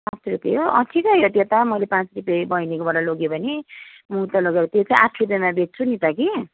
पाँच रुपियाँ हो अँ ठिकै हो त्यो त मैले पाँच रुपियाँ बैनीकोबाट लग्यो भने म उता लगेर त्यो चाहिँ आठ रुपियाँमा बेच्छु नि त कि